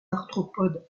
arthropodes